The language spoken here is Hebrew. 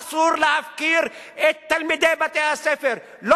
אסור להפקיר את תלמידי בתי-הספר, לא